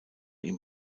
ihm